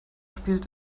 spielt